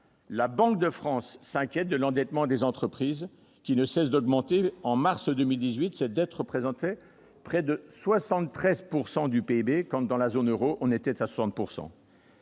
la Banque de France s'inquiète de l'endettement des entreprises, qui ne cesse d'augmenter : en mars 2018, cette dette représentait près de 73 % du PIB, contre 60 % en moyenne dans la